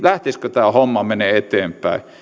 lähtisikö tämä homma menemään eteenpäin